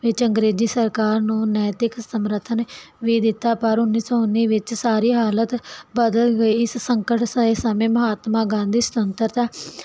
ਵਿਚ ਅੰਗਰੇਜ਼ੀ ਸਰਕਾਰ ਨੂੰ ਨੈਤਿਕ ਸਮਰਥਨ ਵੀ ਦਿੱਤਾ ਪਰ ਉਨੀ ਸੋ ਉਨੀ ਵਿੱਚ ਸਾਰੀ ਹਾਲਤ ਬਦਲ ਗਈ ਇਸ ਸੰਕਟ ਸਏ ਸਮੇਂ ਮਹਾਤਮਾ ਗਾਂਧੀ ਸੁਤੰਤਰਤਾ